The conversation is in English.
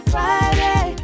Friday